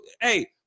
Hey